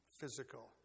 physical